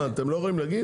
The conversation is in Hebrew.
מה, אתם לא יכולים להגיד?